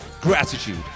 gratitude